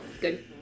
Good